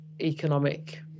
economic